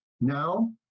now